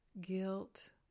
guilt